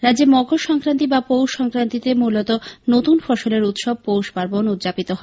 রাজ্যে মকর সংক্রান্তি বা পৌষসংক্রান্তিতে মূলত নতুন ফসলের উৎসব পৌষ পার্বণ উদযাপিত হয়